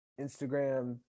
instagram